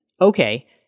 okay